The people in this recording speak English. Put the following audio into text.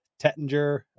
tettinger